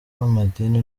b’amadini